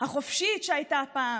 החופשית שהייתה פעם.